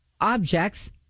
objects